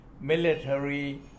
military